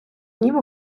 днів